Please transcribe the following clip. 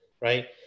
right